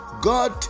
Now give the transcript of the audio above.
God